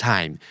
Time